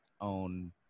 own